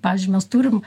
pavyzdžiui mes turim